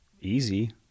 easy